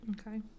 okay